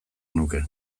nuke